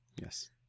yes